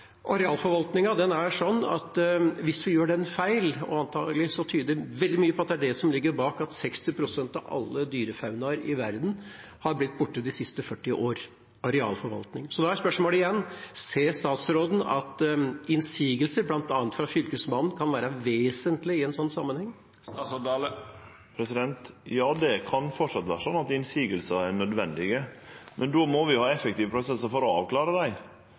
er sånn hvis vi gjør den feil, og antakelig tyder veldig mye på at det er det som ligger bak at 60 pst. av alle dyrefaunaer i verden har blitt borte de siste 40 år – arealforvaltning. Da er spørsmålet igjen: Ser statsråden at innsigelser, bl.a. fra Fylkesmannen, kan være vesentlig i en sånn sammenheng? Ja, det kan framleis vere sånn at motsegner er nødvendige, men då må vi ha effektive prosessar for å avklare